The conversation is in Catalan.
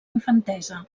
infantesa